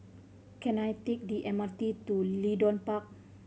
can I take the M R T to Leedon Park